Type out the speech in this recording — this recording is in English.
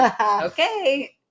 Okay